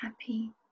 happy